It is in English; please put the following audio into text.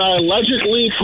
allegedly